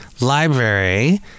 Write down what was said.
Library